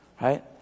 right